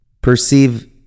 perceive